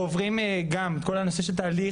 אנחנו עוברים גם את כל הנושא של תהליך